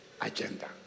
agenda